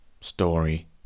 story